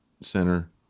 center